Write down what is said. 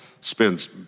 spends